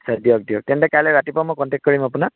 আচ্ছা দিয়ক দিয়ক তেন্তে কাইলৈ ৰাতিপুৱা মই কণ্টেক্ট কৰিম আপোনাক